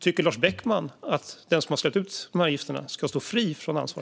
Tycker Lars Beckman att den som har släppt ut gifterna ska stå fri från ansvar?